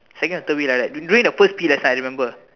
second or third week like that during the first P_E lesson I remember